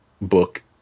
book